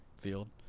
field